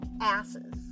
asses